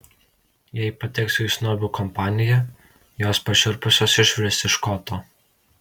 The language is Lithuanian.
jei pateksiu į snobių kompaniją jos pašiurpusios išvirs iš koto